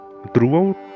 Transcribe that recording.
Throughout